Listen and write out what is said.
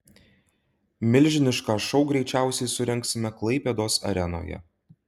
milžinišką šou greičiausiai surengsime klaipėdos arenoje